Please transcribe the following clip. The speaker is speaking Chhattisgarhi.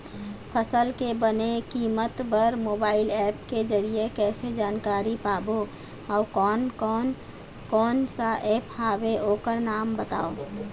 फसल के बने कीमत बर मोबाइल ऐप के जरिए कैसे जानकारी पाबो अउ कोन कौन कोन सा ऐप हवे ओकर नाम बताव?